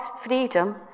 freedom